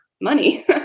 money